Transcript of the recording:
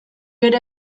ere